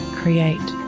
create